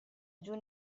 giù